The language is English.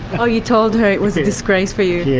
oh you told her it was a disgrace for you? yes.